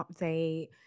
update